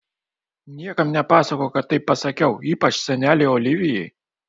niekam nepasakok kad taip pasakiau ypač senelei olivijai